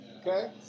Okay